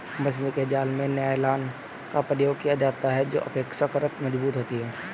मछली के जाल में नायलॉन का प्रयोग किया जाता है जो अपेक्षाकृत मजबूत होती है